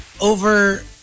over